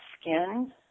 skin